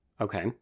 okay